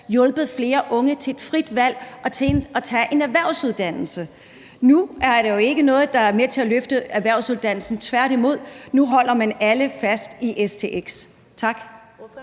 hjulpet flere unge til et frit valg og til at tage en erhvervsuddannelse? Nu er der jo ikke noget, der er med til at løfte erhvervsuddannelserne, tværtimod; nu holder man alle fast i stx. Tak.